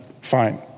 fine